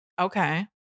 Okay